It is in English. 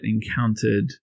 encountered